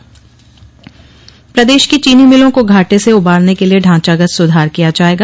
समीक्षा प्रदेश की चीनी मिलों को घाटे से उबारने के लिए ढांचागत सुधार किया जाएगा